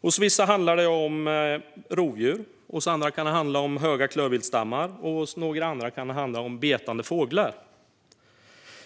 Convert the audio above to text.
Hos vissa handlar det om rovdjur, och hos andra kan det handla om höga klövviltsstammar. Hos ytterligare andra kan det handla om betande fåglar.